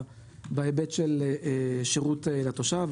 בהיבט של השירות לתושב,